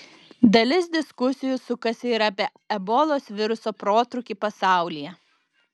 dalis diskusijų sukasi ir apie ebolos viruso protrūkį pasaulyje